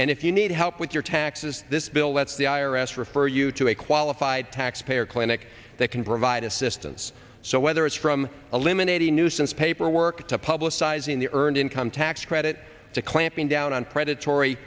and if you need help with your taxes this bill lets the i r s refer you to a qualified taxpayer clinic that can provide assistance so whether it's from eliminating nuisance paperwork to publicizing the earned income tax credit to clamping down on predatory